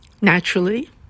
naturally